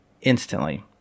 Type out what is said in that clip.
instantly